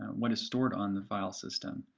what is stored on the filesystem.